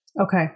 Okay